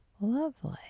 Lovely